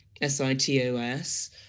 s-i-t-o-s